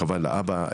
כמובן לאבא,